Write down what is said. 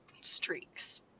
streaks